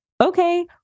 okay